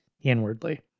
inwardly